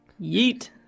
Yeet